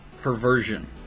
perversion